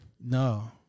No